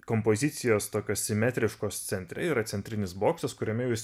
kompozicijos tokios simetriškos centre yra centrinis bokštas kuriame jūs